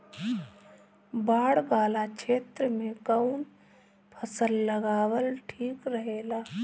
बाढ़ वाला क्षेत्र में कउन फसल लगावल ठिक रहेला?